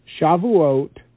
Shavuot